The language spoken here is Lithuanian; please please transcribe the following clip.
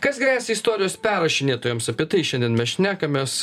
kas gresia istorijos perrašinėtojams apie tai šiandien mes šnekamės